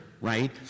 right